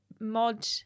mod